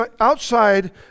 outside